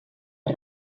per